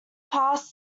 passed